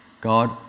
God